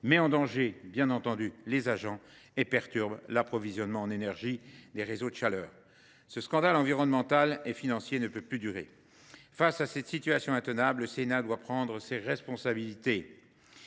mettent en danger les agents et perturbent l’approvisionnement en énergie des réseaux de chaleur. Ce scandale environnemental et financier ne peut plus durer. Face à cette situation intenable, le Sénat doit prendre ses responsabilités.